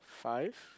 five